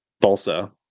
balsa